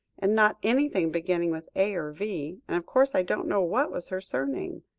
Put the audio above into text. and not anything beginning with a or v, and of course i don't know what was her surname.